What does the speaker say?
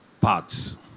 parts